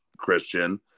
Christian